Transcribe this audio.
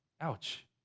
ouch